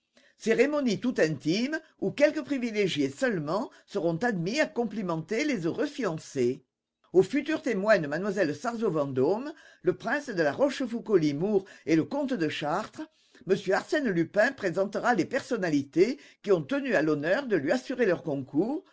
cérémonie tout intime où quelques privilégiés seulement seront admis à complimenter les heureux fiancés aux futurs témoins de m lle sarzeau vendôme le prince de la rochefoucault limours et le comte de chartres m arsène lupin présentera les personnalités qui ont tenu à honneur de lui assurer leur concours